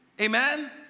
Amen